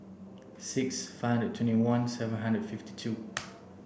six five and twenty one seven hundred fifty two